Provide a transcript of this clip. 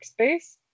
workspace